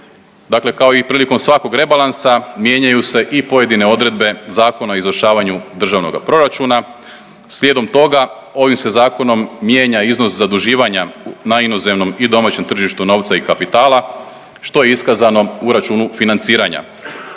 dakle kao i prilikom svakog rebalansa mijenjaju se i pojedine odredbe Zakona o izvršavanju državnoga proračuna. Slijedom toga ovim se zakonom mijenja iznos zaduživanja na inozemnom i domaćem tržištu novca i kapitala što je iskazano u računu financiranja.